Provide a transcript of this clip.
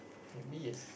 maybe yes